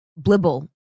blibble